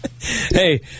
Hey